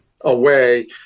away